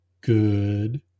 Good